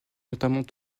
notamment